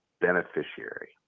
beneficiary